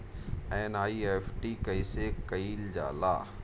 NEFT कइसे कइल जाला?